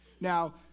Now